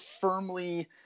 firmly